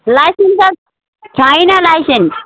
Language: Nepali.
लाइसेन्स त छैन लाइसेन्स